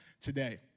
today